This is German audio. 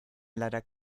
leider